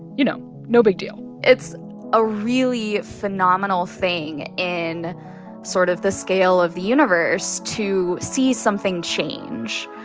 you know, no big deal it's a really phenomenal thing in sort of the scale of the universe to see something change.